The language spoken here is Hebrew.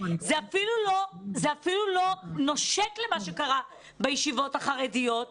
שזה אפילו לא נושק למה שקרה בישיבות החרדיות.